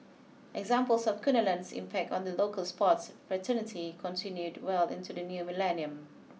examples of Kunalan's impact on the local sports fraternity continued well into the new millennium